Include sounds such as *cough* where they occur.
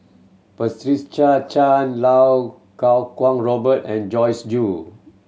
*unintelligible* Chan Iau Kuo Kwong Robert and Joyce Jue